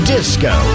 Disco